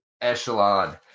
Echelon